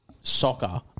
soccer